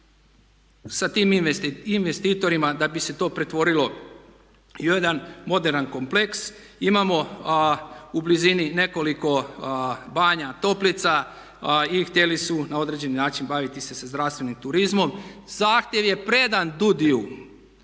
sa tim investitorima da bi se to pretvorilo i u jedna moderan kompleks. Imamo u blizini nekoliko banja, toplica i htjeli su na određeni način baviti se sa zdravstvenim turizmom. Zahtjev je predan DUUDI-ju,